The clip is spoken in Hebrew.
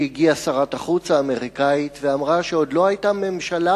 כשהגיעה שרת החוץ האמריקנית ואמרה שעוד לא היתה ממשלה